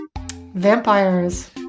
Vampires